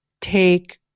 take